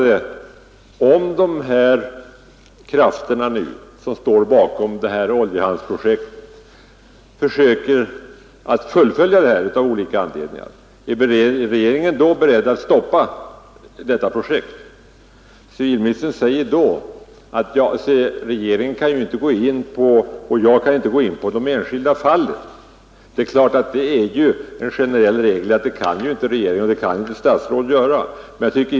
Jag frågade: Om de krafter som står bakom detta oljehamnsprojekt nu av olika anledningar försöker fullfölja det, är regeringen då beredd att stoppa projektet? Civilministern svarade att han och regeringen inte kan gå in på de enskilda fallen. Det är klart att det är en generell regel att en regering eller ett statsråd inte skall göra det.